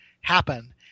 happen